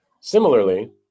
Similarly